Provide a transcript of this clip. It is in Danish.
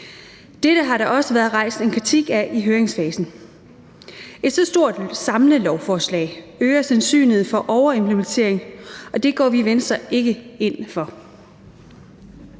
Dette har der også været rejst en kritik af i høringsfasen. Et så stort samlelovforslag øger sandsynligheden for overimplementering, og det går vi i Venstre ikke ind for.